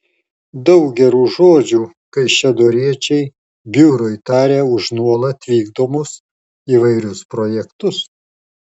daug gerų žodžių kaišiadoriečiai biurui taria už nuolat vykdomus įvairius projektus